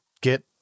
get